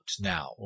now